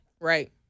Right